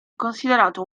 considerato